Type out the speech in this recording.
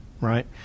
right